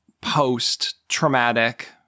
post-traumatic